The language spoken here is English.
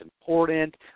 important